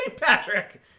patrick